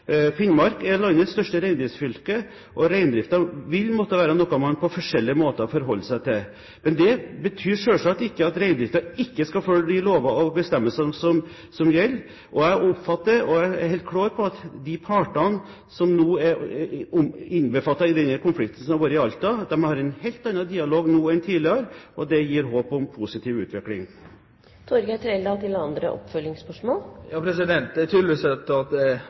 Finnmark er landets største reindriftsfylke, og reindriften vil man på forskjellige måter måtte forholde seg til. Men det betyr selvsagt ikke at reindriften ikke skal følge de lover og bestemmelser som gjelder. Jeg er helt klar på at de partene som nå er innbefattet i denne konflikten i Alta, har en helt annen dialog nå enn tidligere. Det gir håp om en positiv utvikling. Det er tydelig at statsråden og jeg er uenige og forblir uenige. Det som er problemet når statsråden ikke tar ansvaret for dette, er at